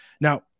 Now